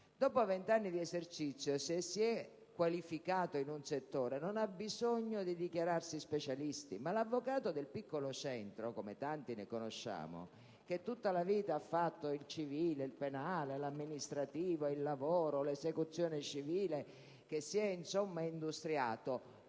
dopo vent'anni di esercizio, se si è qualificato in un settore, non ha bisogno di dichiararsi specialista. Ma l'avvocato del piccolo centro, come tanti ne conosciamo, che tutta la vita ha fatto il civile, il penale, l'amministrativo, il lavoro, l'esecuzione civile, che si è insomma industriato,